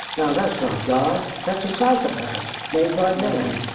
now, that's not god, that's a psychopath made by man.